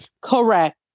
correct